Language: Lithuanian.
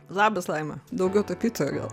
labas laima daugiau tapytoja gal